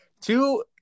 two